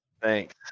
thanks